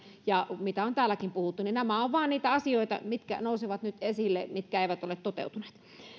mistä on täälläkin puhuttu nämä ovat vain niitä asioita mitkä nousevat nyt esille ja mitkä eivät ole toteutuneet